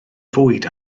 fwyd